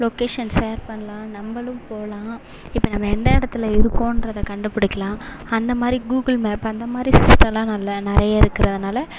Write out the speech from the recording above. location share பண்ணலாம் நம்மளும் போகலாம் இப்போ நம்ம எந்த இடத்துல இருக்கோம்ன்றத கண்டுபுடிக்கலாம் அந்த மாதிரி கூகுள் மேப் அந்த மாதிரி சிஸ்டலாம் நல்லா நிறைய இருக்கிறதுனால